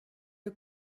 you